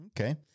Okay